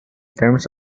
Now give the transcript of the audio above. terms